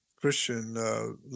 Christian